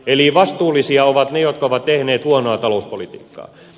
eli vastuullisia ovat ne jotka ovat tehneet huonoa talouspolitiikkaa